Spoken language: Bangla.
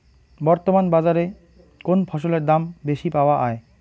বর্তমান বাজারে কোন ফসলের দাম বেশি পাওয়া য়ায়?